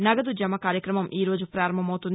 నగదు జమ కార్యక్రమం ఈరోజు పారంభమవుతుంది